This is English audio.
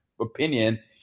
opinion